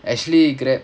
actually Grab